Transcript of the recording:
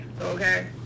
Okay